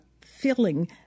feeling